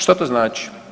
Što to znači?